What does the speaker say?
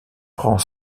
prend